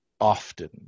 often